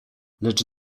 lecz